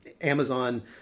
Amazon